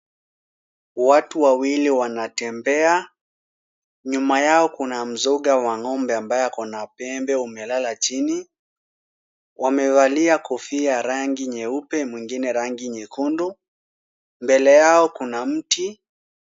Watu wawili wanatembea. Nyuma yao kuna mzoga wa ng'ombe ambaye ako na pembe umelala chini. Wamevalia kofia rangi nyeupe mwingine rangi nyekundu. Mbele yao kuna mti.